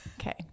Okay